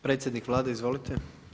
Predsjednik Vlade izvolite.